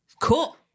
Cool